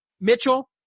Mitchell